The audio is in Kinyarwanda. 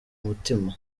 umutima